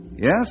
Yes